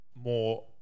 more